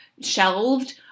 shelved